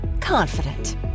confident